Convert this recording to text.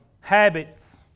Habits